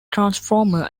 transformer